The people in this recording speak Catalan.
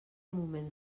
moment